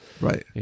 Right